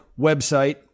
website